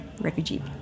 refugee